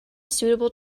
suitable